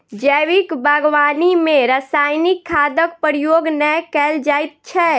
जैविक बागवानी मे रासायनिक खादक प्रयोग नै कयल जाइत छै